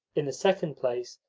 in the second place,